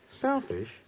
Selfish